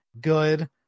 good